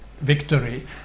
victory